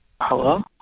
Hello